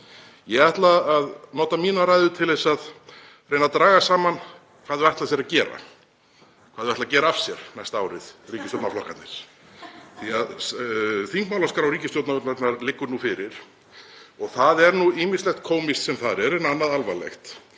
Ég ætla að nota mína ræðu til þess að reyna að draga saman hvað þau ætla sér að gera, hvað þau ætla að gera af sér næsta árið, ríkisstjórnarflokkarnir, því að þingmálaskrá ríkisstjórnarinnar liggur nú fyrir. Það er nú ýmislegt kómískt sem þar er en annað alvarlegt.